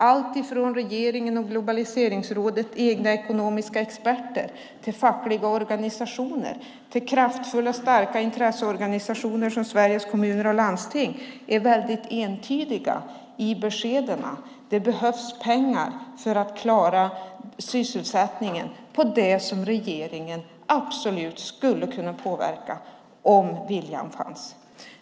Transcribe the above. Från såväl regeringen och Globaliseringsrådets egna ekonomiska experter som fackliga organisationer och kraftfulla starka intresseorganisationer som Sveriges Kommuner och Landsting är man väldigt entydig i beskeden: Det behövs pengar för att klara sysselsättningen. Det skulle regeringen absolut kunna påverka om viljan fanns.